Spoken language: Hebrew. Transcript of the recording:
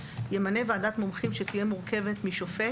ימנה ועדת מומחים שתהיה מורכבת משופט